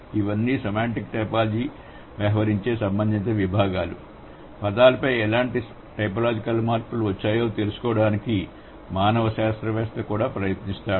ఇవన్నీ semantic typology వ్యవహరించే సంబంధిత విభాగాలు పదాలపై ఎలాంటి టైపోలాజికల్ మార్పులు వచ్చాయో తెలుసుకోవడానికి మానవ శాస్త్రవేత్త కూడా ప్రయత్నిస్తాడు